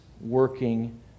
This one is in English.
working